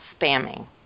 spamming